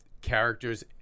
characters